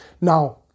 Now